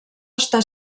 està